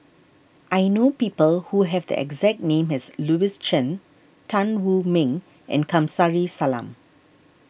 I know people who have the exact name as Louis Chen Tan Wu Meng and Kamsari Salam